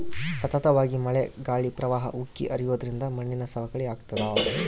ಸತತವಾಗಿ ಮಳೆ ಗಾಳಿ ಪ್ರವಾಹ ಉಕ್ಕಿ ಹರಿಯೋದ್ರಿಂದ ಮಣ್ಣಿನ ಸವಕಳಿ ಆಗ್ತಾದ